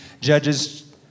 Judges